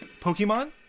Pokemon